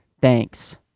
thanks